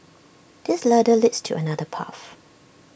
this ladder leads to another path